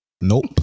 nope